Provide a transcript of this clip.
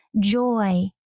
joy